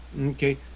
Okay